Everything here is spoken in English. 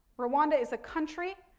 rwanda is a country